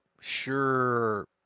sure